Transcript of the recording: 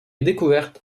découverte